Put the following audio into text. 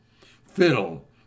Fiddle